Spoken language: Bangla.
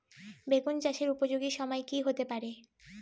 বেগুন চাষের উপযোগী সময় কি হতে পারে?